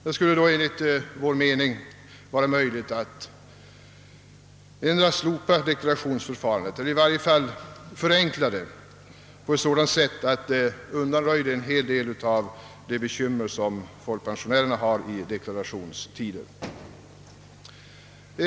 Det skulle då enligt vår mening vara möjligt att ta bort deklarationsförfarandet eller i varje fall förenkla det på ett sådant sätt, att en del av de bekymmer som folkpensionärerna har i deklarationstider undanröjdes.